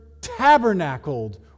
tabernacled